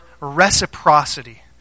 reciprocity